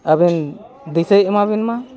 ᱟᱹᱵᱤᱱ ᱫᱤᱥᱟᱹᱭ ᱮᱢᱟᱵᱤᱱ ᱢᱟ